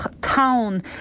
town